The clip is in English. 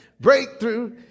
Breakthrough